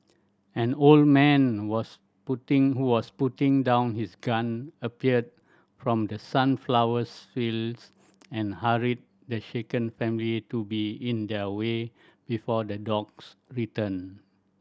an old man was putting who was putting down his gun appeared from the sunflowers fields and hurried the shaken family to be in their way before the dogs return